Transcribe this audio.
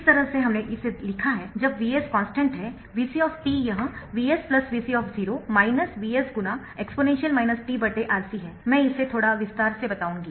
जिस तरह से हमने इसे लिखा है जब Vs कॉन्स्टन्ट है Vc यह Vs Vc Vs × exp t RC है मैं इसे थोड़ा विस्तार से बताऊंगी